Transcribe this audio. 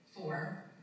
Four